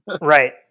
Right